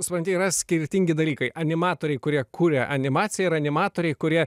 supranti yra skirtingi dalykai animatoriai kurie kuria animaciją ir animatoriai kurie